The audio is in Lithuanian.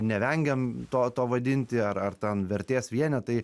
nevengiam to to vadinti ar ar ten vertės vienetai